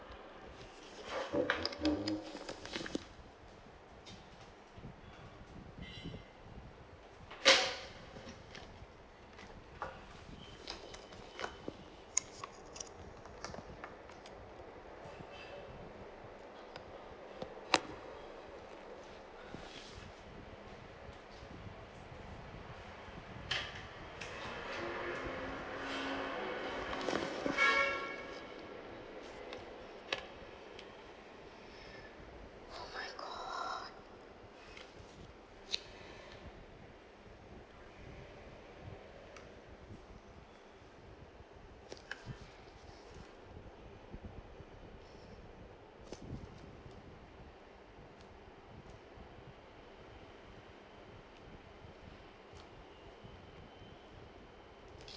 oh my god